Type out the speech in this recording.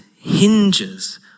hinges